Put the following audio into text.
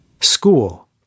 School